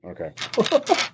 Okay